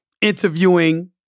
interviewing